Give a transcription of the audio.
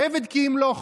"עבד כי ימלוך"